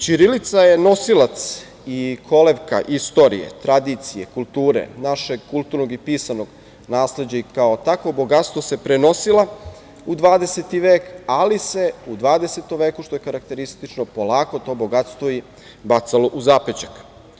Ćirilica je nosilac i kolevka istorije, tradicije, kulture, našeg kulturnog i pisanog nasleđa i kao takvo bogatstvo se prenosila u 20. vek, ali se u 20. veku, što je karakteristično, polako to bogatstvo bacalo u zapećak.